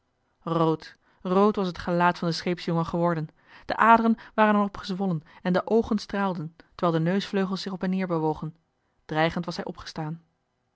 rood rood was het gelaat van den scheepsjongen geworden de aderen waren er op gezwollen en de oogen straalden terwijl de neusvleugels zich op en neer bewogen dreigend was hij opgestaan